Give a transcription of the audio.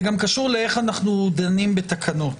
זה גם קשור לאיך אנחנו דנים בתקנות.